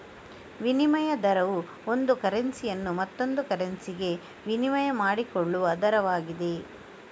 ವಿನಿಮಯ ದರವು ಒಂದು ಕರೆನ್ಸಿಯನ್ನು ಮತ್ತೊಂದು ಕರೆನ್ಸಿಗೆ ವಿನಿಮಯ ಮಾಡಿಕೊಳ್ಳುವ ದರವಾಗಿದೆ